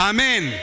Amen